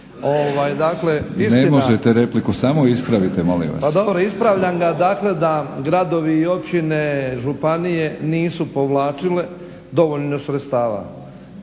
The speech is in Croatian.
Ne možete repliku, samo ispravite molim vas./… Pa dobro ispravljam ga, dakle da gradovi i općine, županije nisu povlačile dovoljno sredstava.